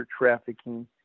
trafficking